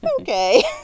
okay